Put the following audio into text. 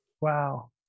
Wow